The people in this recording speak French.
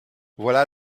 voilà